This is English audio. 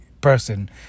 person